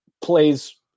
plays